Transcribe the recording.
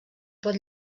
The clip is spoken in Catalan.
pot